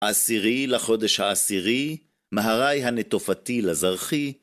עשירי לחודש העשירי, מהרי הנטופתי לזרחי.